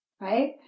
right